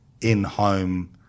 in-home